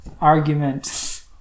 argument